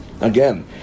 again